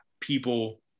people